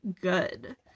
good